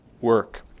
work